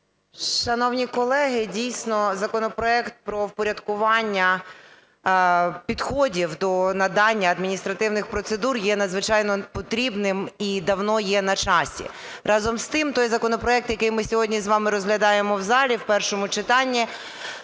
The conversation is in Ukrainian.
Шановні колеги, дійсно, законопроект про впорядкування підходів до надання адміністративних процедур є надзвичайно потрібним і давно є на часі. Разом з тим, той законопроект, який ми сьогодні з вами розглядаємо в залі в першому читанні,